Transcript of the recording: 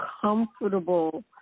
comfortable